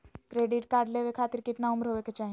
Credit card लेवे खातीर कतना उम्र होवे चाही?